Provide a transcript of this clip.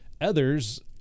others